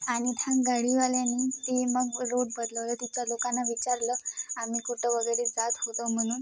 आणि त्या गाडीवाल्यानी ते मग रोड बदलवलं तिथच्या लोकांना विचारलं आम्ही कुठं वगैरे जात होतं म्हणून